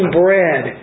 bread